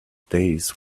days